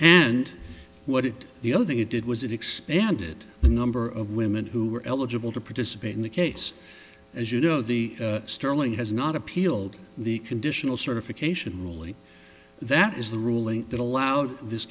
and what it the other thing it did was it expanded the number of women who were eligible to participate in the case as you know the sterling has not appealed the conditional certification ruling that is the ruling that allowed this